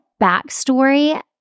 backstory